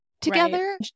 together